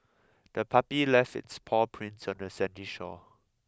the puppy left its paw prints on the sandy shore